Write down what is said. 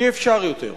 אי-אפשר יותר.